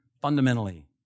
fundamentally